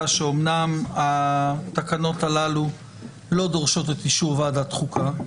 שאומנם התקנות הללו לא דורשות את אישור ועדת החוקה,